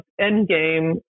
endgame